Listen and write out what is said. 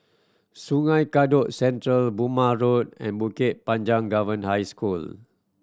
Sungei Kadut Central Burmah Road and Bukit Panjang Govern High School